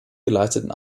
geleisteten